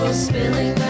spilling